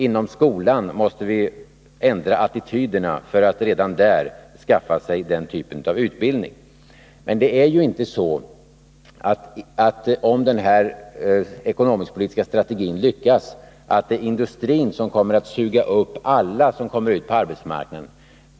Inom skolan måste vi ändra flickornas attityder för att redan där få till stånd denna typ av utbildning. Även om denna ekonomisk-politiska strategi lyckas, är det inte så att industrin kommer att suga upp alla som kommer ut på arbetsmarknaden.